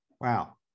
Wow